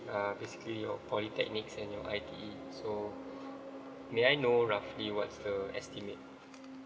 uh basically your polytechnic and your I_T_E so may I know roughly what's the estimate?